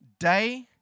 day